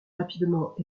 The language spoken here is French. rapidement